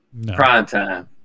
Primetime